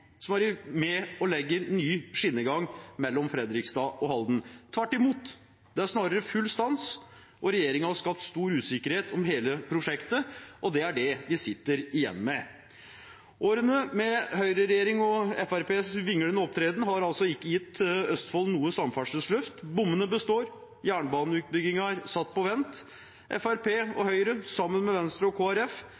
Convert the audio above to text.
med å legge ny skinnegang mellom Fredrikstad og Halden. Tvert imot, det er snarere full stans, og regjeringen har skapt stor usikkerhet om hele prosjektet. Det er det vi sitter igjen med. Årene med høyreregjering og Fremskrittspartiets vinglende opptreden har altså ikke gitt Østfold noe samferdselsløft. Bommene består, jernbaneutbyggingen er satt på vent. Fremskrittspartiet og